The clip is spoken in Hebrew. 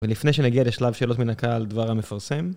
ולפני שנגיע לשלב שאלות מן הקהל, דבר המפורסם.